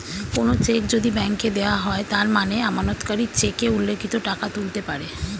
কোনো চেক যদি ব্যাংকে দেওয়া হয় তার মানে আমানতকারী চেকে উল্লিখিত টাকা তুলতে পারে